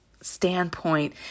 standpoint